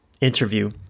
interview